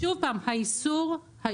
שוב פעם, האיסור